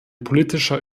politischer